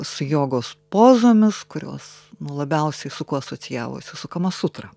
su jogos pozomis kurios nu labiausiai su kuo asocijavosi su kamasutrą